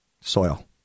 Soil